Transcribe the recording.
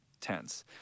tense